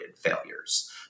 failures